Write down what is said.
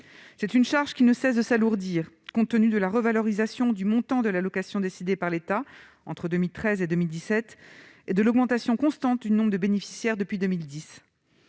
C'est une charge qui ne cesse de s'alourdir, compte tenu de la revalorisation du montant de l'allocation décidée par l'État entre 2013 et 2017, et de l'augmentation constante du nombre de bénéficiaires depuis 2010.